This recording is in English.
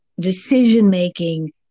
decision-making